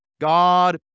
God